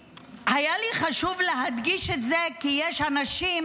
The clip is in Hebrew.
היה לי חשוב להדגיש את זה כי יש אנשים